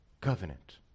Covenant